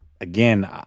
again